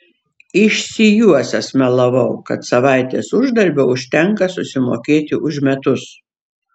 išsijuosęs melavau kad savaitės uždarbio užtenka susimokėti už metus